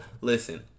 Listen